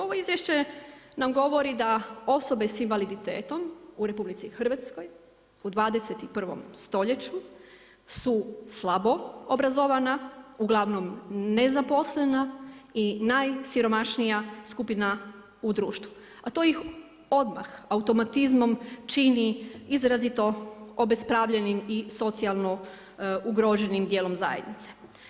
Ovo izvješće nam govori da osobe sa invaliditetom u RH u 21. stoljeću su slabo obrazovana, uglavnom nezaposlena i najsiromašnija skupina u društvu a to ih odmah, automatizmom čini izrazito obespravljenim i socijalno ugroženim dijelom zajednice.